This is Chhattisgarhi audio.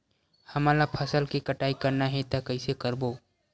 हमन ला फसल के कटाई करना हे त कइसे करबो?